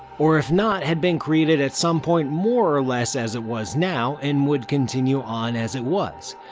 or if not had been created at some point more or less as it was now and would continue on as it was,